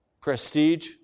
prestige